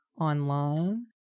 online